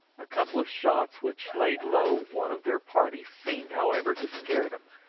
a couple of shots which laid low one of their party seemed, however, to scare them,